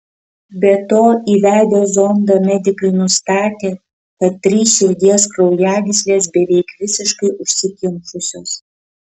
be to įvedę zondą medikai nustatė kad trys širdies kraujagyslės beveik visiškai užsikimšusios